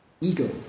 ego